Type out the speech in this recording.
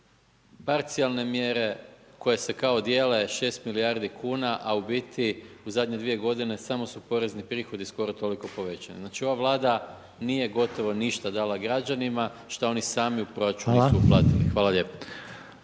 Parcijalne mjere koje se kao dijele 6 milijardi kuna a u biti u zadnje 2 g. samo su porezni prihod skoro toliko povećani. Znači ova Vlada nije gotovo ništa dala građanima šta oni sami u proračunu nisu uplatili. Hvala lijepo.